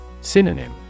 Synonym